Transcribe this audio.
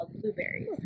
blueberries